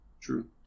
True